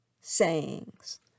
sayings